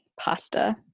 pasta